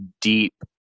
deep